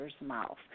mouth